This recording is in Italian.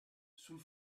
sul